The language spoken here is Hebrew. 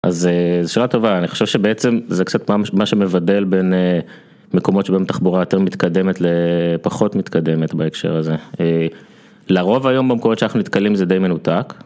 אז אה... זו שאלה טובה, אני חושב שבעצם, זה קצת מה-מה שמבדל בין אה... מקומות שבהן תחבורה יותר מתקדמת ל...פחות מתקדמת בהקשר הזה. אה... לרוב היום במקומות שאנחנו נתקלים זה די מנותק,